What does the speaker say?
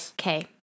okay